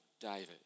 David